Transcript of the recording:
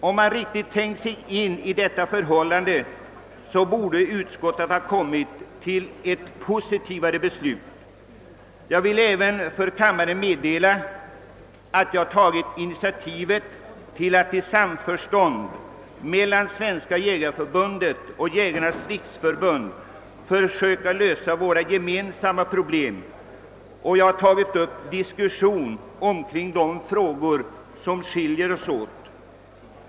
Om man riktigt tänkt sig in i detta förhållande borde utskottet ha kommit till ett mera positivt beslut. Jag vill även för kammaren meddela, att jag tagit initiativet till att i samförstånd mellan Svenska jägareförbundet och Jägarnas riksförbund försöka lösa våra gemensamma problem. Jag har tagit upp diskussion omkring de frågor som skiljer oss åt.